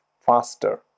faster